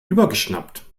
übergeschnappt